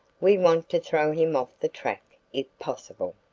we want to throw him off the track if possible.